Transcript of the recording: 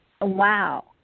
wow